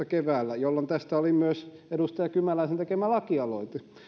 keväällä kaksituhattaneljätoista jolloin tästä oli myös edustaja kymäläisen tekemä lakialoite